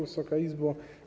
Wysoka Izbo!